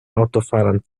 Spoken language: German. autofahrern